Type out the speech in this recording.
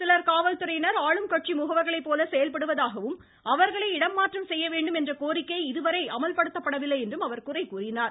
சில காவல்துறையினர் ஆளும் கட்சி செயல்படுவதாகவும் அவர்களை இடமாற்றம் செய்ய வேண்டும் என்ற கோரிக்கை இதுவரை அமல் படுத்தப்படவில்லை எனவும் அவர் குறைகூறினார்